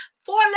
Four